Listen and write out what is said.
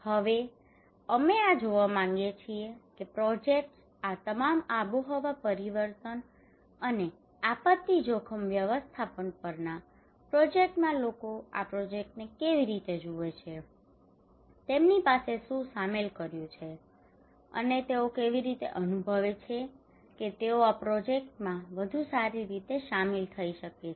હવે અમે એ જોવા માંગીએ છીએ કે પ્રોજેક્ટ્સ આ તમામ આબોહવા પરિવર્તન અને આપત્તિ જોખમ વ્યવસ્થાપન પરના પ્રોજેક્ટ્સમાં લોકો આ પ્રોજેક્ટ્સને કેવી રીતે જુએ છે તેમની પાસે શું સામેલ કર્યુ છે અને તેઓ કેવી રીતે અનુભવે છે કે તેઓ આ પ્રોજેક્ટ્સમાં વધુ સારી રીતે શામેલ થઈ શકે છે